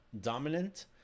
dominant